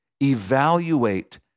evaluate